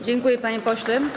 Dziękuję, panie pośle.